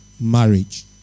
marriage